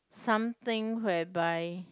something whereby